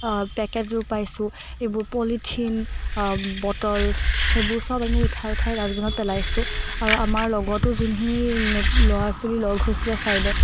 পেকেটছবোৰ পাইছোঁ এইবোৰ polythene bottles সেইবোৰ সব আমি উঠাই উঠাই ডাষ্টবিনত পেলাইছোঁ আৰু আমাৰ লগতো যোনখিনি নত ল'ৰা ছোৱালী লগ হৈছিলে ছাইদত